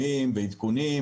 בכתב.